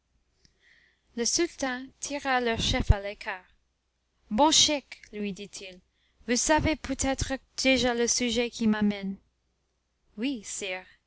le sultan tira leur chef à l'écart bon scheikh lui dit-il vous savez peut-être déjà le sujet qui m'amène oui